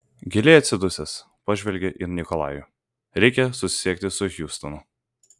giliai atsidusęs pažvelgė į nikolajų reikia susisiekti su hjustonu